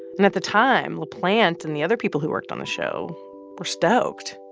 and at the time, laplante and the other people who worked on the show were stoked.